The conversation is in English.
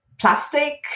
plastic